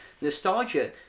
nostalgia